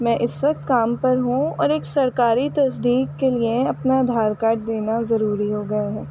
میں اس وقت کام پر ہوں اور ایک سرکاری تصدیق کے لیے اپنا آدھار کارڈ دینا ضروری ہو گیا ہے